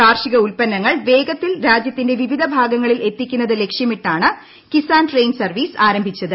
കാർഷിക ഉൽപ്പന്നങ്ങൾ വേഗത്തിൽ രാജൃത്തിന്റെ വിവിധ ഭാഗങ്ങളിൽ എത്തിക്കുന്നത് ലക്ഷ്യമിട്ടാണ് കിസാൻ ട്രെയിൻ സർവീസ് ആരംഭിച്ചത്